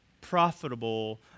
profitable